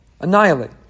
Annihilate